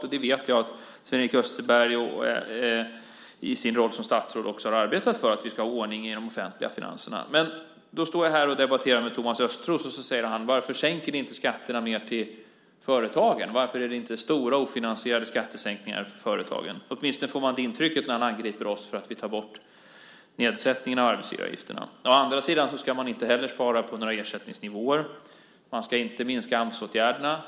Jag vet att Sven-Erik Österberg i sin roll som statsråd också har arbetat för att vi ska ha ordning i de offentliga finanserna. Men när jag står här och debatterar med Thomas Östros säger han: Varför sänker ni inte skatterna mer för företagen? Varför är det inte stora ofinansierade skattesänkningar för företagen? Åtminstone får man det intrycket när han angriper oss för att vi tar bort nedsättningen av arbetsgivaravgifterna. Å andra sidan ska man inte heller spara på några ersättningsnivåer. Man ska inte minska Amsåtgärderna.